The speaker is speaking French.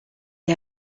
est